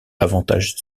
avantage